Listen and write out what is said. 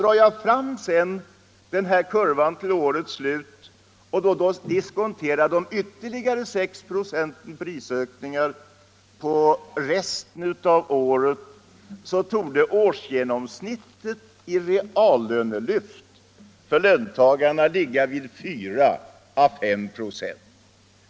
Drar jag sedan fram kurvan till årets slut och då diskonterar de återstående 6 procenten prisökningar på resten av året, så torde årsgenomsnittet i reallönelyft för löntagarna ligga vid 4 å 5 96.